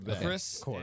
chris